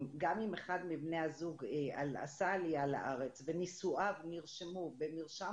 גם אם אחד מבני הזוג עשה עלייה לארץ ונישואיו נרשמו במרשם